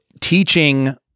teaching